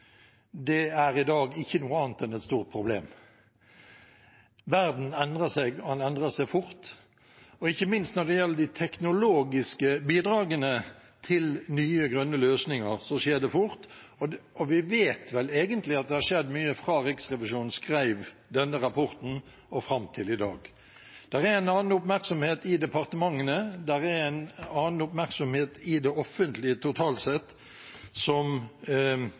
Det er i dag ikke noe annet enn et stort problem. Verden endrer seg, og den endrer seg fort. Ikke minst når det gjelder de teknologiske bidragene til nye, grønne løsninger, skjer det fort, og vi vet vel egentlig at det har skjedd mye fra Riksrevisjonen skrev denne rapporten og fram til i dag. Det er en annen oppmerksomhet i departementene, og det er totalt sett en annen oppmerksomhet i det offentlige, som vil bygge kompetanse, som